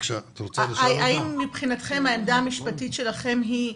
האם מבחינתכם העמדה המשפטית שלכם היא,